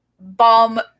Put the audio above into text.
bomb